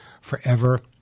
forever